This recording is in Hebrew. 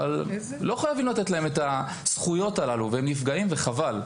אבל לא חייבים לתת להם את הזכויות הללו והם נפגעים וחבל.